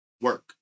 work